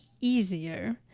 easier